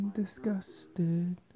disgusted